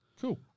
Cool